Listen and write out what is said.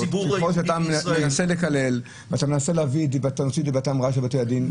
ככל שאתה מנסה לקלל ואתה מנסה להוציא את דיבתם רעה של בתי הדין,